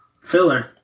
filler